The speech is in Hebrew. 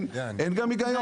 אין גם היגיון.